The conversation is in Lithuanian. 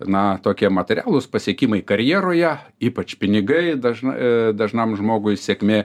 na tokie materialūs pasiekimai karjeroje ypač pinigai dažnai dažnam žmogui sėkmė